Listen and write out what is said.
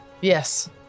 Yes